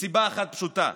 מסיבה אחת פשוטה,